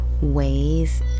ways